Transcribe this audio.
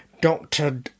Doctor